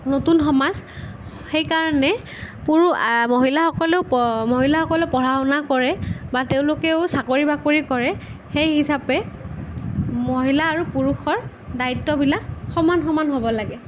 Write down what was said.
নতুন সমাজ সেইকাৰণে পুৰুষ মহিলাসকলো মহিলাসকলে পঢ়া শুনা কৰে বা তেওঁলোকেও চাকৰি বাকৰি কৰে সেই হিচাপে মহিলা আৰু পুৰুষৰ দায়িত্ববিলাক সমান সমান হ'ব লাগে